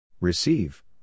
Receive